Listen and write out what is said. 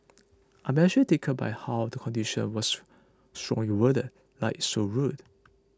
I am actually tickled by how the condition was strongly worded like it's so rude